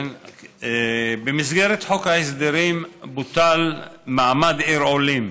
במסגרת חוק ההסדרים בוטל מעמד עיר עולים,